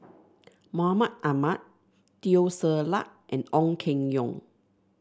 Mahmud Ahmad Teo Ser Luck and Ong Keng Yong